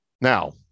Now